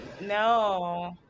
No